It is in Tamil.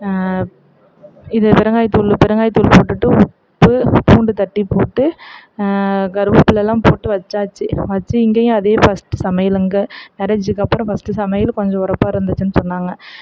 இது பெருங்காய தூள் பெருங்காய தூள் போட்டுவிட்டு உப்பு பூண்டு தட்டி போட்டு கருவேப்பிலையெலாம் போட்டு வெச்சாச்சு வெச்சு இங்கேயும் அதே ஃபர்ஸ்டு சமையல் இங்கே மேரேஜ்ஜுக்கப்புறோம் ஃபர்ஸ்டு சமையல் கொஞ்சம் உரப்பா இருந்திச்சுனு சொன்னாங்க